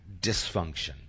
dysfunction